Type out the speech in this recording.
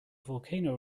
volcano